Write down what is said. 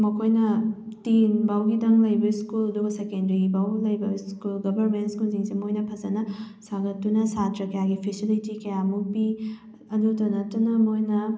ꯃꯈꯣꯏꯅ ꯇꯦꯟ ꯐꯥꯎꯈꯤꯗꯪ ꯂꯩꯕ ꯁ꯭ꯀꯨꯜ ꯑꯗꯨꯒ ꯁꯦꯀꯦꯟꯗ꯭ꯔꯤ ꯐꯥꯎ ꯂꯩꯕ ꯁ꯭ꯀꯨꯜ ꯒꯕꯔꯃꯦꯟ ꯁ꯭ꯀꯨꯜꯁꯤꯡꯁꯦ ꯃꯣꯏꯅ ꯐꯖꯅ ꯁꯥꯒꯠꯇꯨꯅ ꯁꯥꯇ꯭ꯔ ꯀꯌꯥꯒꯤ ꯐꯦꯁꯤꯂꯤꯇꯤ ꯀꯌꯥꯃꯨꯛ ꯄꯤ ꯑꯗꯨꯇ ꯅꯠꯇꯅ ꯃꯣꯏꯅ